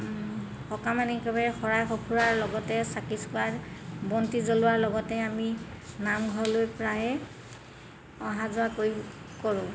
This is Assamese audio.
সকামে নিকামে শৰাই সঁফুৰাৰ লগতে চাকি চুকা বন্তি জ্বলোৱাৰ লগতে আমি নামঘৰলৈ প্ৰায়ে অহা যোৱা কৰি কৰোঁ